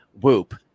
Whoop